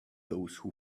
those